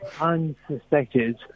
unsuspected